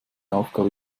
aufgabe